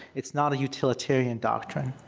it's not a utilitarian doctrine.